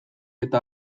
eta